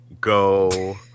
go